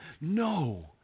no